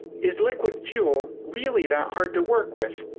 is liquid fuel really that hard to work with?